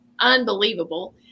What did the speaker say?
Unbelievable